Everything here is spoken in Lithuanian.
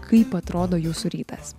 kaip atrodo jūsų rytas